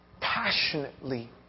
passionately